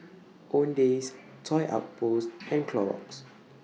Owndays Toy Outpost and Clorox